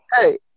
Hey